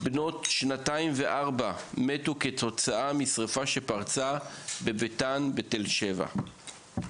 בנות שנתיים וארבע מתו כתוצאה משריפה שפרצה בביתן בתל שבע.